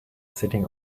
sitting